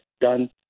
done